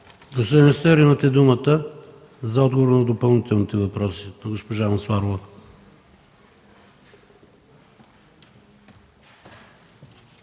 Господин министър, имате думата за отговор на допълнителните въпроси